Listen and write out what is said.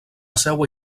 seua